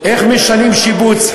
איך משנים שיבוץ,